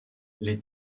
les